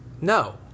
no